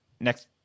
next